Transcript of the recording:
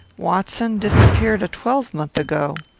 watson disappeared a twelvemonth ago.